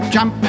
Jump